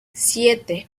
siete